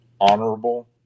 honorable